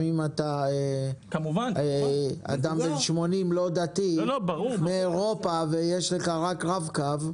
זה גם אם אתה בן אדם לא דתי בן 80 שיש לך רק רב קו.